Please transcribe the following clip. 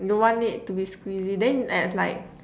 you want it to be squeezy then it's like